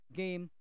game